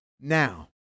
Now